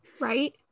right